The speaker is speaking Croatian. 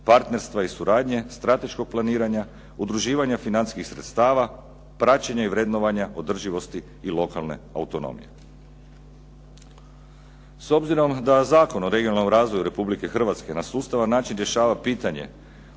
partnerstva i suradnje, strateškog planiranja, udruživanja financijskih sredstava, praćenja i vrednovanja održivosti i lokalne autonomije. S obzirom da Zakon o regionalnom razvoju RH na sustavan način rješava pitanje